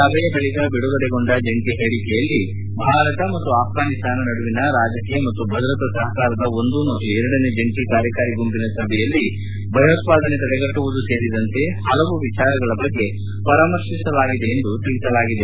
ಸಭೆಯ ಬಳಿಕ ಬಿಡುಗಡೆಗೊಂಡ ಜಂಟಿ ಹೇಳಿಕೆಯಲ್ಲಿ ಭಾರತ ಮತ್ತು ಆಫಫಾನಿಸ್ತಾನ ನಡುವಿನ ರಾಜಕೀಯ ಮತ್ತು ಭದ್ರತಾ ಸಹಕಾರದ ಒಂದು ಮತ್ತು ಎರಡನೇ ಜಂಟಿ ಕಾರ್ಯಕಾರಿ ಗುಂಪಿನ ಸಭೆಯಲ್ಲಿ ಭಯೋತ್ವಾದನೆ ತಡೆಗಟ್ಲವುದು ಸೇರಿದಂತೆ ಪಲವು ವಿಚಾರಗಳ ಬಗ್ಗೆ ಪರಾಮರ್ಶಿಸಲಾಗಿದೆ ಎಂದು ತಿಳಿಸಲಾಗಿದೆ